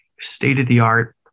state-of-the-art